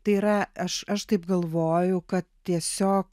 tai yra aš aš taip galvoju kad tiesiog